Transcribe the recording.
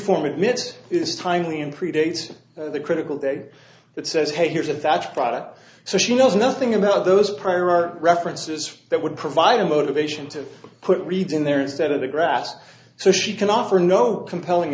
form admits is timely and predates the critical data that says hey here's a fact a product so she knows nothing about those prior are references that would provide a motivation to put read in there instead of the grass so she can offer no compelling